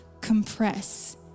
compress